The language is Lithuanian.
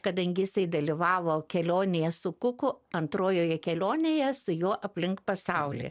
kadangi jisai dalyvavo kelionėje su kuku antrojoje kelionėje su juo aplink pasaulį